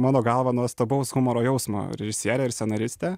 mano galva nuostabaus humoro jausmo režisierė ir scenaristė